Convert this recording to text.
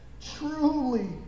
truly